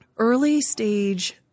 Early-stage